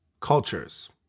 cultures